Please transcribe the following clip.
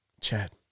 Chad